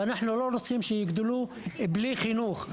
ואנחנו לא רוצים שיגדלו בלי חינוך.